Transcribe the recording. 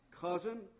cousin